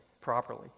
properly